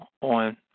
on –